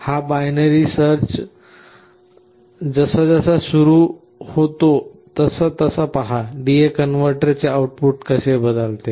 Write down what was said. हा बायनरी शोध जसजसा सुरू होत जातो तसतसा पहा DAकन्व्हर्टर चे आउटपुट कसे बदलते